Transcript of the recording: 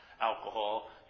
alcohol